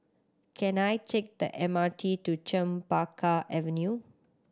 can I take the M R T to Chempaka Avenue